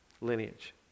Lineage